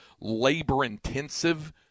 labor-intensive